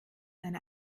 einer